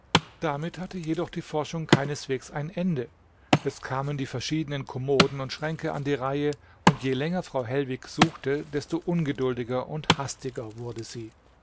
damit hatte jedoch die forschung keineswegs ein ende es kamen die verschiedenen kommoden und schränke an die reihe und je länger frau hellwig suchte desto ungeduldiger und hastiger wurde sie